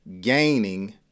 gaining